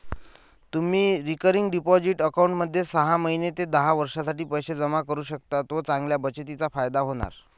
तुम्ही recurring deposit अकाउंटमध्ये सहा महिने ते दहा वर्षांसाठी पैसे जमा करू शकता व चांगल्या बचतीचा फायदा होणार